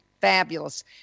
fabulous